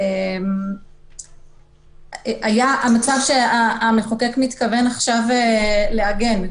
הוא המצב שהמחוקק מתכוון עכשיו לעגן.